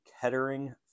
Kettering